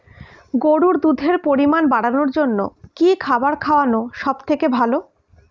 গরুর দুধের পরিমাণ বাড়ানোর জন্য কি খাবার খাওয়ানো সবথেকে ভালো?